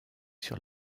sur